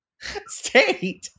state